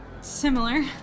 Similar